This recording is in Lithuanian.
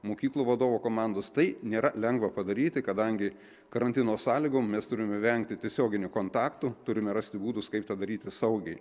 mokyklų vadovų komandos tai nėra lengva padaryti kadangi karantino sąlygom mes turime vengti tiesioginių kontaktų turime rasti būdus kaip tą daryti saugiai